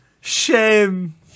Shame